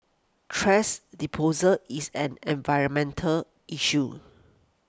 thrash disposal is an environmental issue